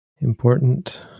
important